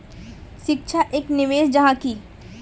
शिक्षा एक निवेश जाहा की?